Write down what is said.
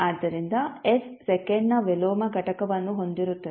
ಆದ್ದರಿಂದ s ಸೆಕೆಂಡ್ನ ವಿಲೋಮ ಘಟಕವನ್ನು ಹೊಂದಿರುತ್ತದೆ